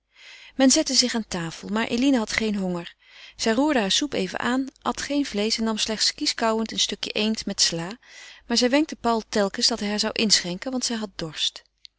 men zette zich aan tafel maar eline had geen honger zij roerde haar soep even aan at geen vleesch en nam slechts kieskauwend een stukje eend met slâ maar zij wenkte paul telkens dat hij haar zou inschenken want zij had dorst